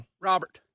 robert